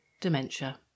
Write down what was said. dementia